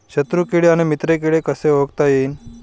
शत्रु किडे अन मित्र किडे कसे ओळखता येईन?